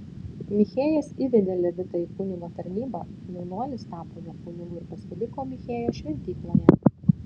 michėjas įvedė levitą į kunigo tarnybą jaunuolis tapo jo kunigu ir pasiliko michėjo šventykloje